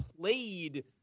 played